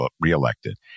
reelected